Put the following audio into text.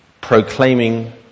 proclaiming